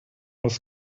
was